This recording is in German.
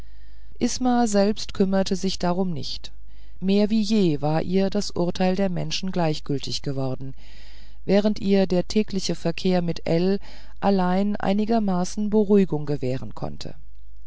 isma selbst kümmerte sich darum nicht mehr wie je war ihr das urteil der menschen gleichgültig geworden während ihr der tägliche verkehr mit ell allein einigermaßen beruhigung gewähren konnte